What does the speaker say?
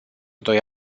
doi